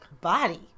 body